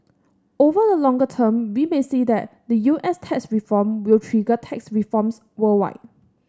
over the longer term we may see that the U S tax reform will trigger tax reforms worldwide